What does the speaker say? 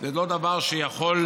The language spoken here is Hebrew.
זה לא דבר שיכול